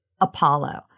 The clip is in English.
Apollo